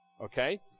Okay